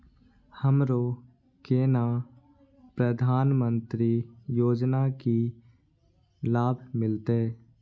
हमरो केना प्रधानमंत्री योजना की लाभ मिलते?